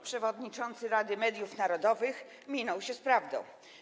Przewodniczący Rady Mediów Narodowych minął się z prawdą.